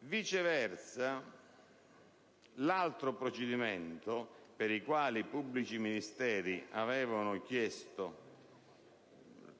viceversa, sull'altro procedimento, per il quale i pubblici ministeri avevano chiesto